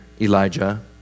Elijah